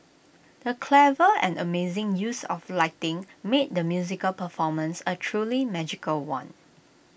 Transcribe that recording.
the clever and amazing use of lighting made the musical performance A truly magical one